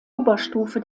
oberstufe